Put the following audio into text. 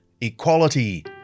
equality